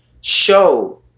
show